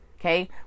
Okay